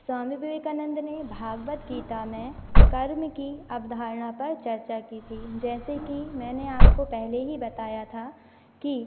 स्वामी विवेकानंद ने भागवत गीता में कर्म की अवधारणा पर चर्चा की थी जैसे कि मैंने आपको पहले ही बताया था कि